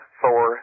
four